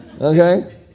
Okay